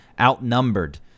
Outnumbered